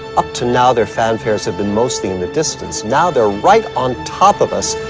up to now, their fanfares have been mostly in the distance. now they're right on top of us,